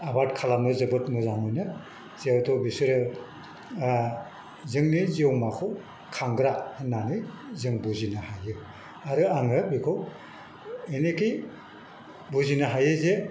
आबाद खालामनो जोबोद मोजां मोनो जिहेथु बिसोरो जोंनि जिउमाखौ खांग्रा होननानै जों बुजिनो हायो आरो आङो बेखौ ऐनेकि बुजिनो हायो जे